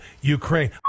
Ukraine